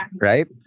right